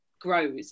grows